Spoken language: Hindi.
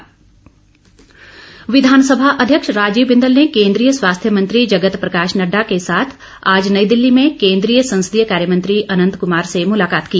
बिंदल भेंट विधानसभा अध्यक्ष राजीव बिंदल ने केंद्रीय स्वास्थ्य मंत्री जगत प्रकाश नड्डा के साथ आज नई दिल्ली में केंद्रीय संसदीय कार्य मंत्री अनंत कुमार से मुलाकात की